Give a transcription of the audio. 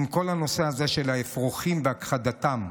בכל הנושא של האפרוחים והכחדתם.